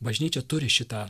bažnyčia turi šitą